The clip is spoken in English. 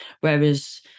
Whereas